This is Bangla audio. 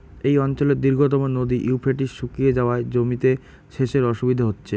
এই অঞ্চলের দীর্ঘতম নদী ইউফ্রেটিস শুকিয়ে যাওয়ায় জমিতে সেচের অসুবিধে হচ্ছে